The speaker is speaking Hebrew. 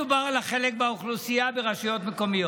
מדובר על החלק באוכלוסייה ברשויות מקומיות.